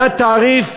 היה תעריף